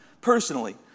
personally